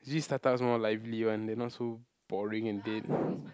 usually startups more lively one they not so boring and dead